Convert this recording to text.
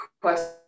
question